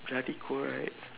bloody cold right